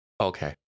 Okay